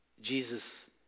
Jesus